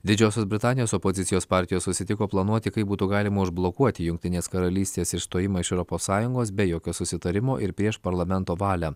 didžiosios britanijos opozicijos partijos susitiko planuoti kaip būtų galima užblokuoti jungtinės karalystės išstojimą iš europos sąjungos be jokio susitarimo ir prieš parlamento valią